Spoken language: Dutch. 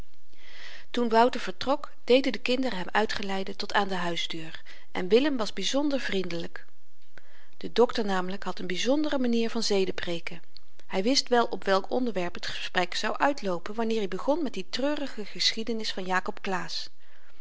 toen wouter vertrok deden de kinderen hem uitgeleide tot aan de huisdeur en willem was byzonder vriendelyk de dokter namelyk had n byzondere manier van zedepreeken hy wist wel op welk onderwerp t gesprek zou uitloopen wanneer i begon met die treurige geschiedenis van jakob claesz